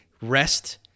rest